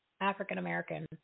African-American